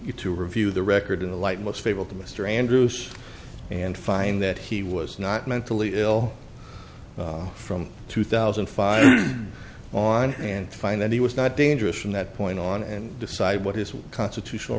you to review the record in the light most faithful to mr andrews and find that he was not mentally ill from two thousand and five on and find that he was not dangerous from that point on and decide what his constitutional